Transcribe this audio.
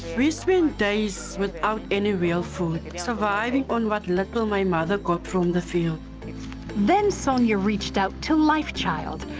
we spent days without any real food, surviving on what little my mother got from the field. terry then sonya reached out to life child,